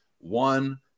one